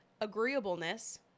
agreeableness